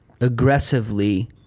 aggressively